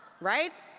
right?